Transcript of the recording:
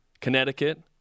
Connecticut